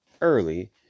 early